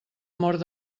mort